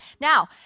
Now